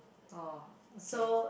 orh okay